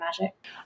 magic